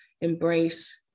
embrace